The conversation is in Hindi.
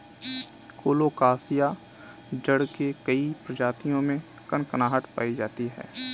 कोलोकासिआ जड़ के कई प्रजातियों में कनकनाहट पायी जाती है